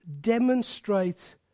demonstrate